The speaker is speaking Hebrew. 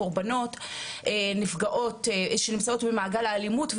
קורבנות ונפגעות שנמצאות במעגל האלימות,